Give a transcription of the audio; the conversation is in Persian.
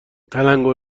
تلنگور